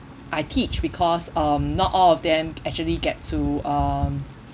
I teach because um not all of them actually get to um